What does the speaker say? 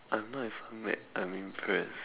I'm not even mad I'm impressed